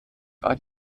war